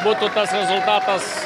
būtų tas rezultatas